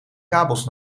kabels